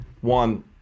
One